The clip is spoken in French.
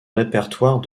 répertoire